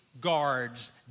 guards